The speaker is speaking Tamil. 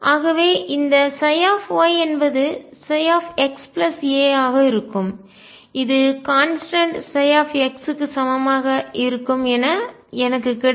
ஆகவே இந்த y என்பது xa ஆக இருக்கும்இது கான்ஸ்டன்ட் x க்கு சமமாக இருக்கும் என எனக்கு கிடைக்கும்